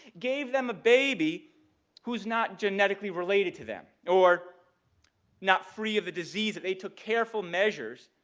gave them a baby who's not genetically related to them or not free of the disease that they took careful measures